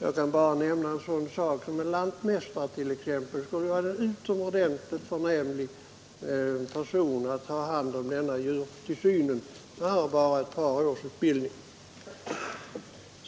Jag kan bara nämna en sådan sak som att t.ex. en lantmästare skulle vara en utomordentligt förnämlig person att ha hand om denna djurtillsyn. Han har endast ett par års utbildning.